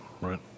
Right